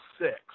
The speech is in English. six